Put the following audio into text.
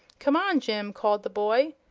come on, jim! called the boy.